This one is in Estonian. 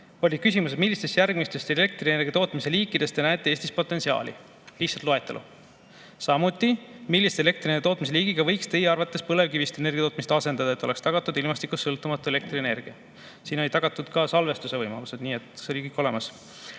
Oli küsimus: "Millistes järgmistes elektrienergia tootmise liikides te näete Eestis potentsiaali?" Lihtsalt loetelu. Samuti: "Millise elektrienergia tootmise liigiga võiks teie arvates põlevkivist energia tootmise asendada, et oleks tagatud ilmastikust sõltumatu elektrienergia?" Siin olid tagatud ka salvestuse võimalused, nii et see oli kõik